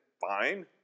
fine